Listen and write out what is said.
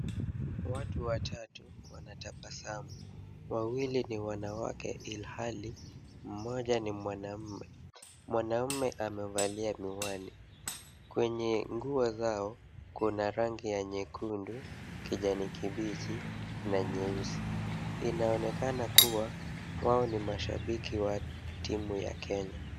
Watu watatu wanatabasamu. Wawili ni wanawake ilhali mmoja ni mwanaume. Mwanaume amevalia miwani. Kwenye nguo zao kuna rangi ya nyekundu, kijani kibichi na nyeusi. Inaonekana kuwa, wao ni mashabiki wa timu ya Kenya.